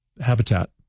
habitat